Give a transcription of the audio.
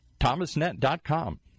ThomasNet.com